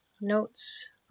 Notes